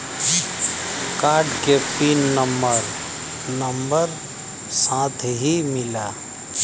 Card के pin number number साथही मिला?